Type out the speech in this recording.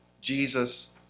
Jesus